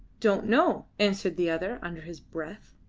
don't know, answered the other, under his breath.